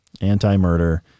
anti-murder